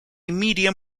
medium